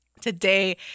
today